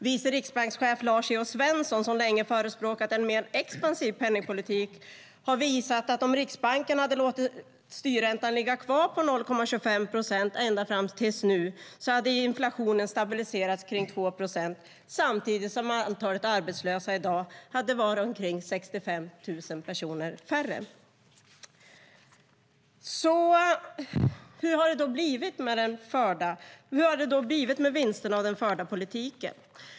Vice riksbankschef Lars E O Svensson, som länge förespråkat en mer expansiv penningpolitik, har visat att om Riksbanken hade låtit styrräntan ligga kvar på 0,25 procent fram till nu hade inflationen stabiliserats kring 2 procent samtidigt som antalet arbetslösa i dag hade varit omkring 65 000 personer färre. Hur har det då blivit med vinsterna av den förda politiken?